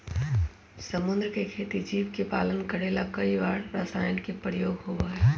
समुद्र के खेती जीव के पालन करे ला कई बार रसायन के प्रयोग होबा हई